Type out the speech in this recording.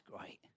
great